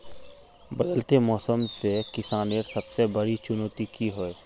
बदलते मौसम से किसानेर सबसे बड़ी चुनौती की होय?